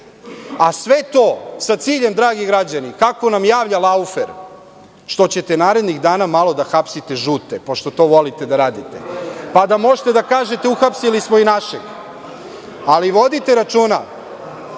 a sve to sa ciljem, dragi građani, kako nam javlja Laufer, što ćete narednih dana malo da hapsite žute, pošto to volite da radite, pa da možete da kažete – uhapsili smo i naše. Ali, vodite računa,